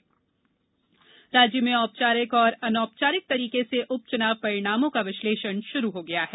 उपचुनाव विश्लेषण राज्य में औपचारिक और अनौपचारिक तरीके से उपचुनाव परिणामों का विश्लेषण शुरू हो गया है